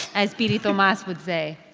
as perito mas would say.